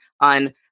On